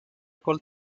col